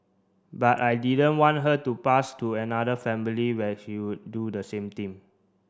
but I didn't want her to pass to another family where she could do the same thing